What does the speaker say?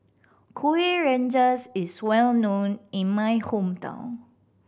Kuih Rengas is well known in my hometown